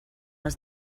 has